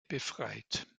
befreit